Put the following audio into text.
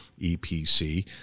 EPC